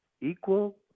equal